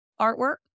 artwork